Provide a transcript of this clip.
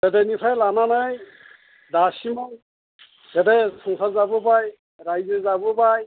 गोदोनिफ्राय लानानै दासिमाव जोबोर संसार जाबाय रायजो जाबोबाय